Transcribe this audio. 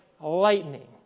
lightning